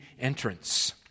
entrance